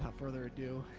further ado